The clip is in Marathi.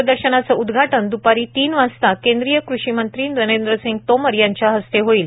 प्रदर्शनाचे उद्घाटन द्रपारी तीन वाजता केंद्रीय कृषी मंत्री नरेंद्रसिंग तोमर यांच्या हस्ते होईल